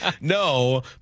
No